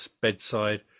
bedside